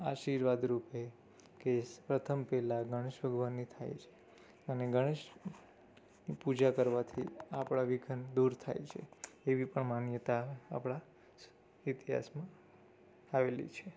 આશીર્વાદ રૂપે કે પ્રથમ પહેલાં ગણેશ ભગવાનની થાય છે અને ગણેશની પૂજા કરવાથી આપણાં વિઘ્ન દૂર થાય છે એવી પણ માન્યતા આપણા ઇતિહાસમાં આવેલી છે